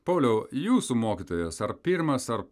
pauliau jūsų mokytojas ar pirmas ar